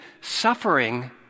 suffering